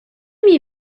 мій